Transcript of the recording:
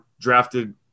drafted